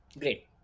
Great